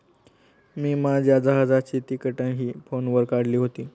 मी माझ्या जहाजाची तिकिटंही फोनवर काढली होती